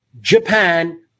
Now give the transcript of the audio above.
Japan